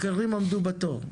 אחרים עמדו בתור.